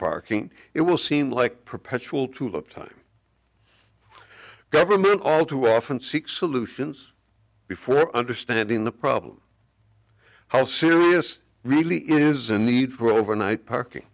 parking it will seem like perpetual tulip time government all too often seek solutions before understanding the problem how serious really is a need for overnight parking